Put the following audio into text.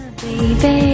baby